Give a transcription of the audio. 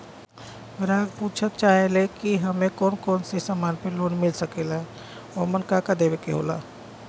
ग्राहक पुछत चाहे ले की हमे कौन कोन से समान पे लोन मील सकेला ओमन का का देवे के होला?